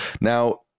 Now